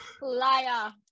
liar